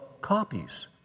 copies